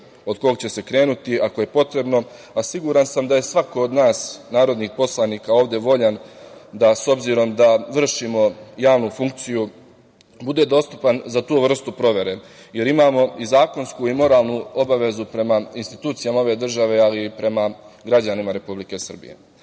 od kog će se krenuti, ako je potrebno. Siguran sam da je svako od nas narodnih poslanika ovde voljan da, s obzirom da vršimo javnu funkciju, bude dostupan za tu vrstu provere, jer imamo i zakonsku i moralnu obavezu prema institucijama ove države, kao i prema građanima Republike Srbije. Na